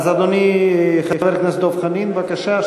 אז, אדוני חבר הכנסת דב חנין, בבקשה.